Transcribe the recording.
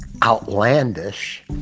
outlandish